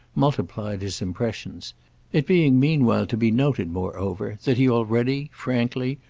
multiplied his impressions it being meanwhile to be noted, moreover, that he already frankly,